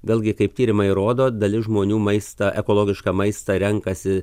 vėlgi kaip tyrimai rodo dalis žmonių maistą ekologišką maistą renkasi